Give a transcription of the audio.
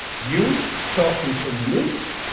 you talkin' to me?